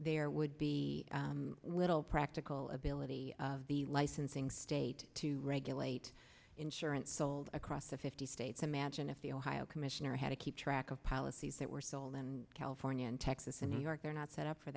there would be little practical ability of the licensing state to regulate insurance across the fifty states imagine if the ohio commissioner had to keep track of policies that were sold in california and texas and new york they're not set up for